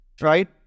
Right